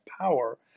power